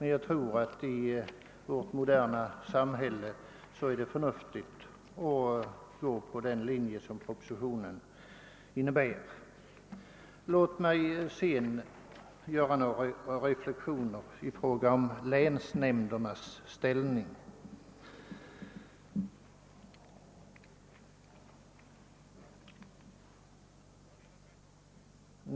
I vårt moderna samhälle tror jag emellertid att det är förnuftigt att gå på den linje som föreslås i propositionen. Låt mig sedan få göra några reflexioner beträffande länsnämndernas ställning.